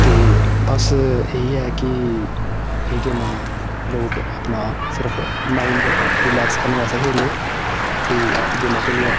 ते बस इयै कि एह् गेमां लोक अपना सिर्फ माइंड रिलैक्स करने बास्तै खेलदे ते गेमां खेलियै